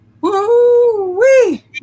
Woo-wee